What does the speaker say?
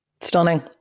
Stunning